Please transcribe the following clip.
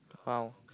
!wow!